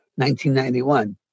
1991